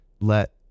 let